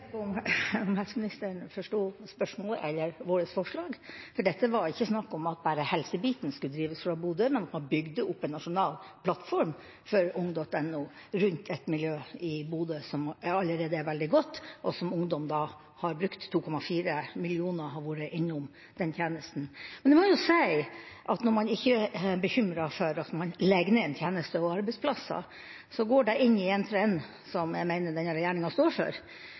ikke sikker på om helseministeren forsto spørsmålet eller vårt forslag, for det var ikke snakk om at bare helsebiten skulle drives fra Bodø, men at man bygde opp en nasjonal plattform for ung.no rundt et miljø i Bodø som allerede er veldig godt, og som ungdom har brukt – 2,4 millioner har vært innom den tjenesten. Jeg må si at når man ikke er bekymret for at man legger ned en tjeneste og arbeidsplasser, så går det inn i en trend som jeg mener denne regjeringa står for.